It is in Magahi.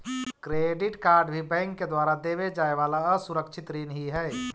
क्रेडिट कार्ड भी बैंक के द्वारा देवे जाए वाला असुरक्षित ऋण ही हइ